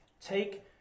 Take